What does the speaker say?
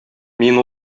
мин